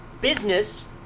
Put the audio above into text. business